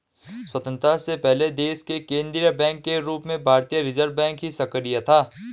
स्वतन्त्रता से पहले देश के केन्द्रीय बैंक के रूप में भारतीय रिज़र्व बैंक ही सक्रिय था